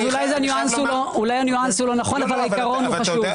אולי הניואנס לא נכון אבל העיקרון חשוב.